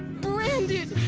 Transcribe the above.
branded,